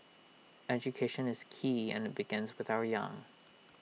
education is key and IT begins with our young